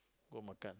go makan